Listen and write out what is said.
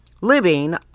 living